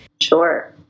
Sure